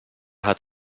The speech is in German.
hat